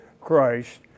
Christ